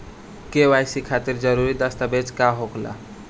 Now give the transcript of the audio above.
KYC खातिर जरूरी दस्तावेज का का होला?